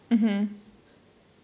mmhmm